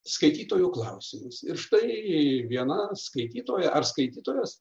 skaitytojų klausimus ir štai viena skaitytoja ar skaitytojos